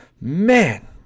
Man